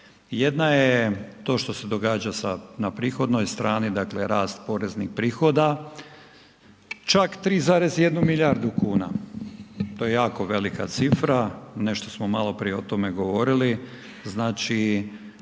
jedna je to što se događa sa, na prihodnoj strani, dakle rast poreznih prihoda čak 3,1 milijardu kuna, to je jako velika cifra, nešto smo maloprije o tome govorili, znači